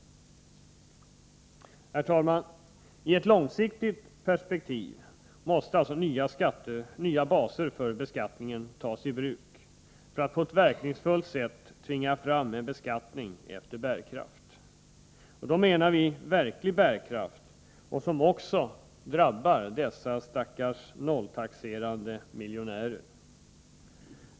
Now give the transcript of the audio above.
Herr talman! I ett långsiktigt perspektiv måste nya baser för beskattningen tas i bruk, för att man på ett verkningsfullt sätt skall kunna tvinga fram en beskattning efter bärkraft, och då menar vi verklig bärkraft, på ett sätt som också drabbar dessa ”stackars” nolltaxerande miljonärer.